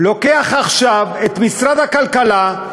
לוקח עכשיו את משרד הכלכלה,